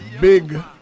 big